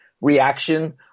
reaction